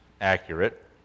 accurate